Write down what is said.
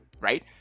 right